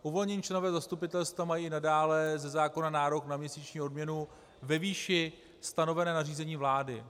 Uvolnění členové zastupitelstva mají i nadále ze zákona nárok na měsíční odměnu ve výši stanovené nařízením vlády.